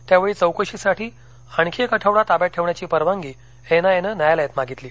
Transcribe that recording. त्यावेळी चौकशीसाठी आणखी एक आठवडा ताब्यात ठेवण्याची परवानगी एनआयएनं न्यायालयात मागितली